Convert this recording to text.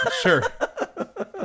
Sure